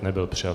Nebyl přijat.